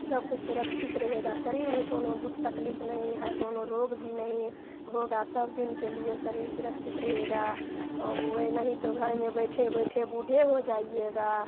सब कुछ सुरक्षित रहेगा शरीर में कौनो दुख तकलीफ नहीं है कौनो रोग भी नहीं होगा सब दिन के लिए शरीर सुरक्षित रहेगा औ वो ये नहीं तो घर में बैठे बैठे बूढ़े हो जाइएगा